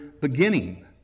beginning